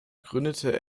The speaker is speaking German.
gründete